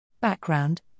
Background